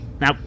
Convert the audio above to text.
Now